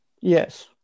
Yes